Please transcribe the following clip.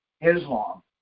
Islam